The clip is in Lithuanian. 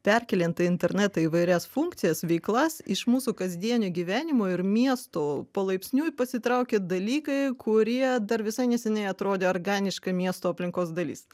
perkėliant į internetą įvairias funkcijas veiklas iš mūsų kasdienio gyvenimo ir miestų palaipsniui pasitraukia dalykai kurie dar visai neseniai atrodė organiška miesto aplinkos dalis